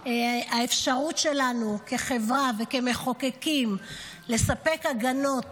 האפשרות שלנו כחברה וכמחוקקים לספק הגנות